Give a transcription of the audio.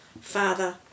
father